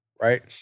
right